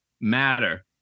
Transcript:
matter